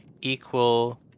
equal